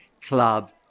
club